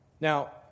Now